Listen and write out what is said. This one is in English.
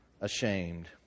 ashamed